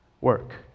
work